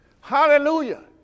Hallelujah